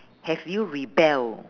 have you rebel